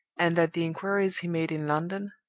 and that the inquiries he made in london,